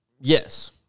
Yes